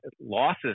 losses